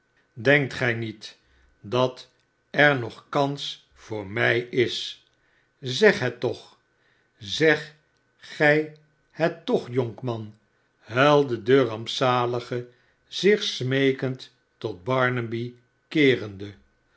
denkt gij niet dat er nog kans voor mij is ztg het toch zeg gij het xoch jonkman huilde de rampzalige zich smeekend tot barnaby keerende